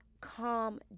calm